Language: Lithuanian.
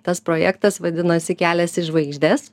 tas projektas vadinosi kelias į žvaigždes